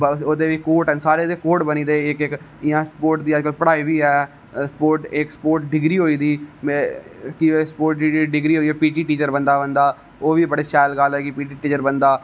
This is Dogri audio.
बस ओह्दे बी कोट न सारें दे कोट बनी गेदे इक इक जियां स्पोट दी अजकल पढ़ाई बी ऐ इक स्पोट डिग्री कि जे स्पोट दी जेहड़ी डिग्री ओह् पीटी टीचर बनदा बंदा ओ ह्बी बड़ी शैल गल्ल है कि पीटी टीचर बनदा